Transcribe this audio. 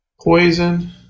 poison